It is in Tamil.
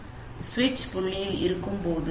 எனவே சுவிட்ச் புள்ளியில் இருக்கும்போது